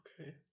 okay